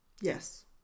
Yes